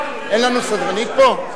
אין לנו סדרנית פה?